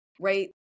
right